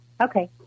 Okay